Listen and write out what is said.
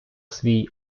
свій